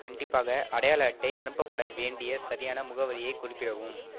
கண்டிப்பாக அடையாள அட்டை அனுப்பப்பட வேண்டிய சரியான முகவரியை குறிப்பிடவும்